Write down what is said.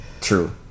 True